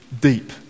deep